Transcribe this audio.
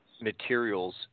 materials